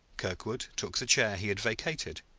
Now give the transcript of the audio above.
kirkwood took the chair he had vacated.